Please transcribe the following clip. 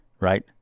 right